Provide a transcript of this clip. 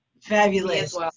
Fabulous